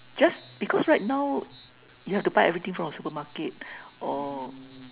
just because right now you have to buy everything from a supermarket uh